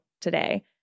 today